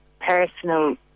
personal